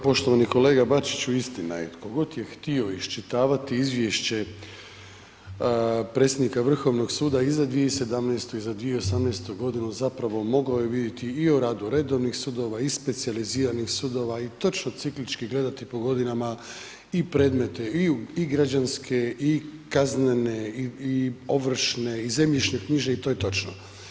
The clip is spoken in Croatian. Poštovani kolega Bačiću istina je tko god je htio iščitavati izvješće predsjednika Vrhovnog suda i za 2017. i za 2018. godinu zapravo mogao je vidjeti i o radu redovnih sudova i specijaliziranih sudova i točno ciklički gledati po godinama i predmete i građanske i kaznene i ovršne i zemljišno-knjižne i to je točno.